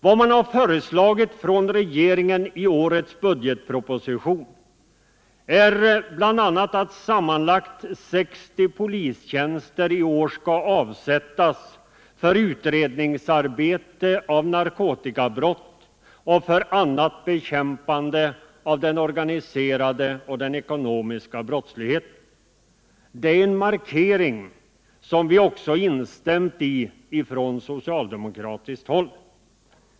Vad regeringen föreslår i årets budgetproposition är att sammanlagt 60 polistjänster i år skall avdelas för arbete med utredning av narkotikabrott och Det är en markering, som vi också instämt i från socialdemokratiskt håll.